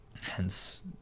hence